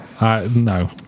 No